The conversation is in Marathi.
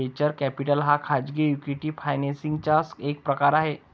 वेंचर कॅपिटल हा खाजगी इक्विटी फायनान्सिंग चा एक प्रकार आहे